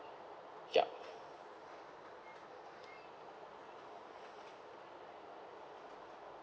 yup